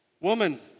Woman